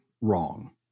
wrong